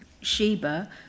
Sheba